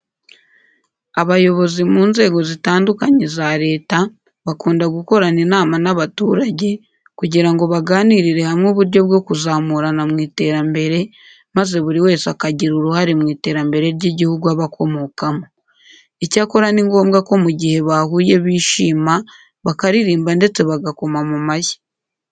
Abayobozi mu nzego zitandukanye za leta bakunda gukorana inama n'abaturage kugira ngo baganirire hamwe uburyo bwo kuzamurana mu iterambere maze buri wese akagira uruhare mu iterambere ry'igihugu aba akomokamo. Icyakora ni ngombwa ko mu gihe bahuye bishima, bakaririmba ndetse bagakoma mu mashyi.